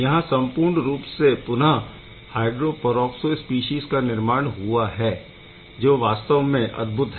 यहाँ सम्पूर्ण रूप से पुनः iron III hydro peroxo species का निर्माण हुआ है जो वास्ताव में अद्भुत है